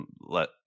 let